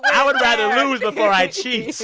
but i would rather lose before i cheat